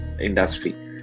industry